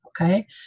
Okay